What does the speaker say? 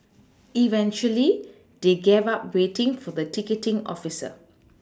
eventually they gave up waiting for the ticketing officer